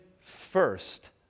first